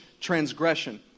transgression